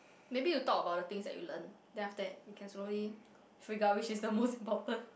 maybe you talk about the things that you learn then after that you can slowly figure out which is the most important